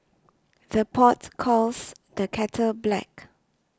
the pot calls the kettle black